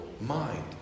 mind